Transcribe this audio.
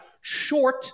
Short